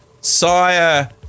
Sire